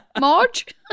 Marge